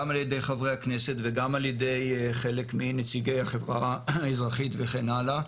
גם על ידי חברי הכנסת וגם על ידי חלק מנציגי החברה האזרחית וכן הלאה.